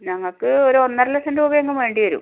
ഞങ്ങൾക്ക് ഒര് ഒന്നര ലക്ഷം രൂപയെങ്കിലും വേണ്ടി വരും